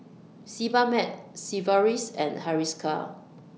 Sebamed Sigvaris and Hiruscar